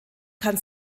kann